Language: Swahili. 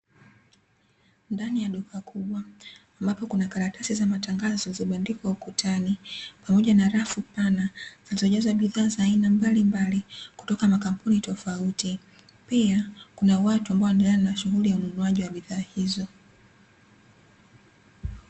Ndani ya duka kubwa ambapo kuna karatasi za matangazo zimebandikwa ukutani pamoja na rafu pana, na zenyewe zinajulikana za aina mbalimbali kutoka makampunu tofauti pia kuna watu ambao wanaendelea na shughuli za ununuaji wa bidhaa hizo.